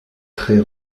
très